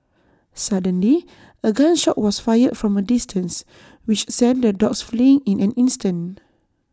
suddenly A gun shot was fired from A distance which sent the dogs fleeing in an instant